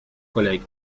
collègues